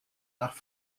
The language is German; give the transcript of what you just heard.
nach